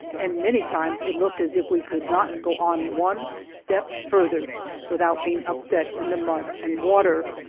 and many times it looked as if we could not go on one step farther without being upset in the mud and water.